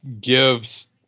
gives